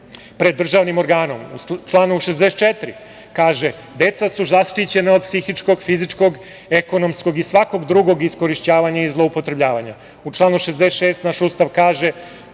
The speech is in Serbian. pred državnim organom.U članu 64. kaže